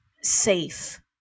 safe